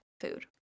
food